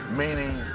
meaning